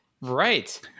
Right